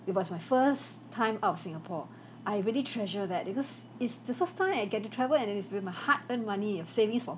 it was my first time out singapore I really treasure that because it's the first time I get to travel and then it's with my hard-earned money of savings for